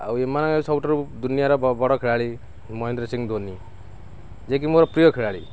ଆଉ ଏମାନେ ସବୁଠାରୁ ଦୁନିଆର ବଡ଼ ଖେଳାଳି ମହେନ୍ଦ୍ର ସିଂ ଧୋନି ଯିଏକି ମୋର ପ୍ରିୟ ଖେଳାଳି